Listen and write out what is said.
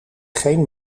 geen